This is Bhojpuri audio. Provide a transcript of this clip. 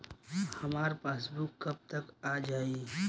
हमार पासबूक कब तक आ जाई?